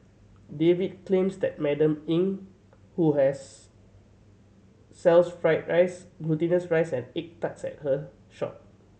David claims that Madam Eng who has sells fried rice glutinous rice and egg tarts at her shop